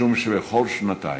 משום שבכל שנותי